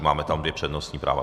Máme tam dvě přednostní práva.